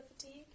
fatigue